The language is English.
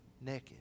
naked